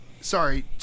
sorry